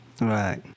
Right